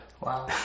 Wow